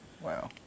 Wow